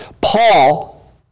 Paul